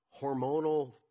hormonal